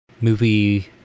movie